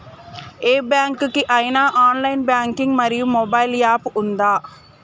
ఏ bank కి ఐనా online banking మరియు మొబైల్ యాప్ ఉందా?